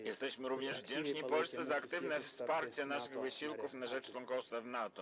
Jesteśmy również wdzięczni Polsce za aktywne wsparcie naszych wysiłków na rzecz członkostwa w NATO.